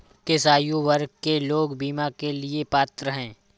किस आयु वर्ग के लोग बीमा के लिए पात्र हैं?